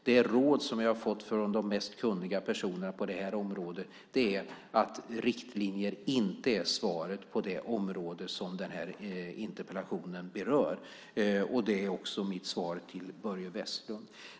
Det råd som jag har fått från de mest kunniga personerna på det här området är att riktlinjer inte är svaret på det område som den här interpellationen berör, och det är också mitt svar till Börje Vestlund.